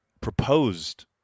proposed